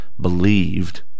believed